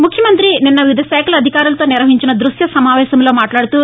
ముఖ్యమంతి నిన్న వివిధ శాఖల అధికారులతో నిర్వహించిన ద్భశ్యసమావేశంలో మాట్లాడుతూ